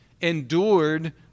Endured